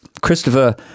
Christopher